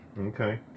Okay